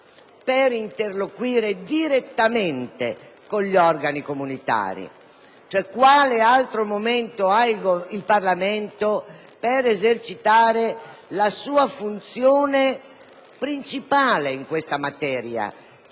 per interloquire direttamente con gli organi comunitari? Quale altro momento ha il Parlamento per esercitare la sua funzione principale in questa materia,